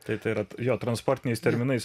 taip tai yra jo transportiniais terminais